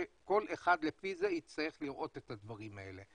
שכל אחד לפי זה יצטרך לראות את הדברים האלה,